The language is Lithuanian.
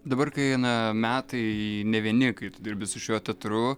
dabar kai eina metai ne vieni kai tu dirbi su šiuo teatru